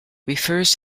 refers